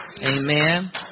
Amen